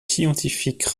scientifiques